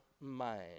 mind